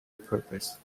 purpose